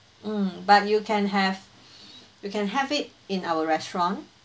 mm but you can have you can have it in our restaurant